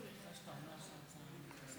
חוק הגנת הצרכן (תיקון מס' 65),